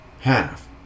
Half